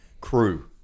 crew